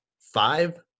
five